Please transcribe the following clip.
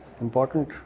important